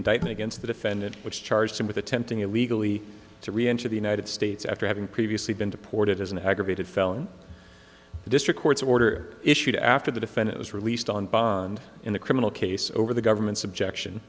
indictment against the defendant which charged him with attempting illegally to reenter the united states after having previously been deported as an aggravated felony the district court's order issued after the defendant was released on bond in a criminal case over the government's objection